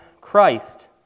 Christ